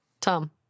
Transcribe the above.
Tom